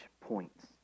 points